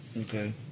Okay